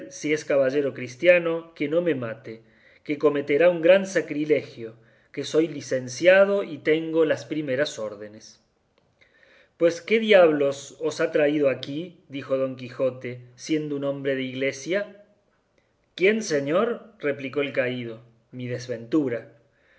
si es caballero cristiano que no me mate que cometerá un gran sacrilegio que soy licenciado y tengo las primeras órdenes pues quién diablos os ha traído aquí dijo don quijote siendo hombre de iglesia quién señor replicó el caído mi desventura